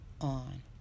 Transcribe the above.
on